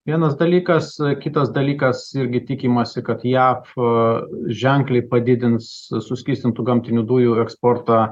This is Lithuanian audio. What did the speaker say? vienas dalykas kitas dalykas irgi tikimasi kad jav ženkliai padidins suskystintų gamtinių dujų eksporto